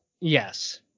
Yes